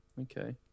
Okay